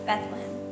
Bethlehem